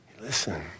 Listen